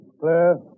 Clear